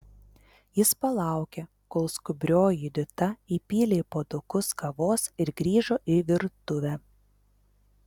jis palaukė kol skubrioji judita įpylė į puodukus kavos ir grįžo į virtuvę